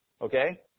Okay